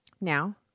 Now